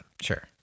Sure